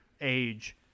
age